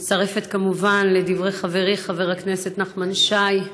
אני מצטרפת כמובן לדברי חברי חבר הכנסת נחמן שי.